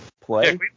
play